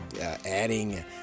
adding